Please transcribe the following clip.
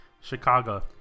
Chicago